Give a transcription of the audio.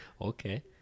Okay